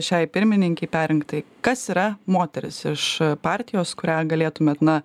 šiai pirmininkei perrinktai kas yra moteris iš partijos kurią galėtumėt na